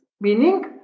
meaning